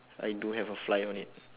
I do have a fly on it